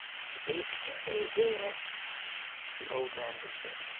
speak to him, dear the old man whispered.